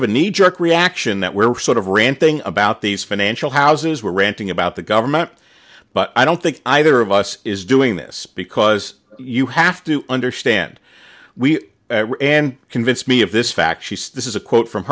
of a kneejerk reaction that we're sort of ranting about these financial houses were ranting about the government but i don't think either of us is doing this because you have to understand we and convince me of this fact she says this is a quote from